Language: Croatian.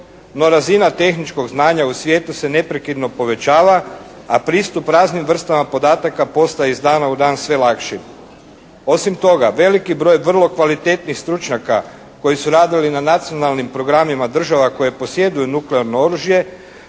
No razina tehničkog znanja u svijetu se neprekidno povećava, a pristup raznim vrstama podataka postaje iz dana u dan sve lakši. Osim toga veliki broj vrlo kvalitetnih stručnjaka koji su radili na nacionalnim programima država koje posjeduju nuklearno oružje,